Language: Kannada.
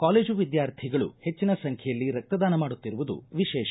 ಕಾಲೇಜು ವಿದ್ಯಾರ್ಥಿಗಳು ಹೆಚ್ಚಿನ ಸಂಖ್ಯೆಯಲ್ಲಿ ರಕ್ತದಾನ ಮಾಡುತ್ತಿರುವುದು ವಿಶೇಷ